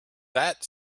that